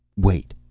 wait,